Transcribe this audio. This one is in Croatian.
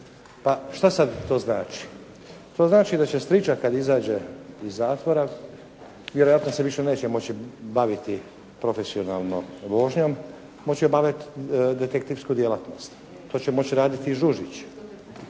pa što sada to znači. To znači da će Stričak kada izađe iz zatvora, vjerojatno se više neće moći baviti profesionalno vožnjom, može obavljati detektivsku djelatnost. To će moći raditi i Žužić,